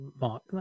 mark